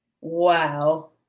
Wow